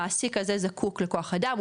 המעסיק הזה זקוק לכוח אדם,